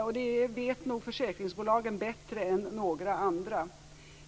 Det vet nog försäkringsbolagen bättre än några andra.